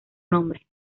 nombre